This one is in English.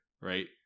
right